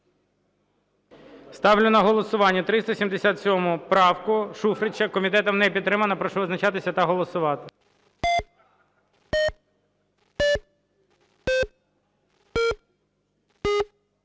Ставлю на голосування 377 правку Шуфрича. Комітетом не підтримана. Прошу визначатися та голосувати.